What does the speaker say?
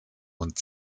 und